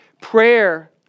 Prayer